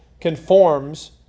conforms